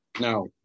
No